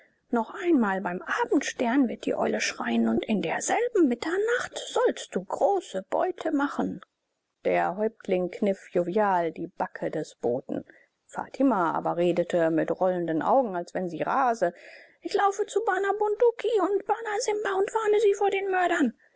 noch einmal beim abendstern wird die eule schreien und in derselben mitternacht sollst du große beute machen der häuptling kniff jovial die backe des boten fatima aber redete mit rollenden augen als wenn sie rase ich laufe zu bana bunduki und bana simba und warne sie vor den mördern